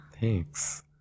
Thanks